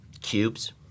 Cubes